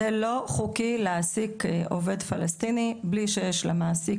זה לא חוקי להעסיק עובד פלסטיני בלי שיש למעסיק